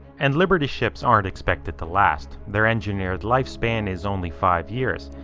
and liberty ships aren't expected to last. they're engineered lifespan is only five years.